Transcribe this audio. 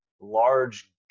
large